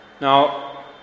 Now